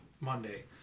Monday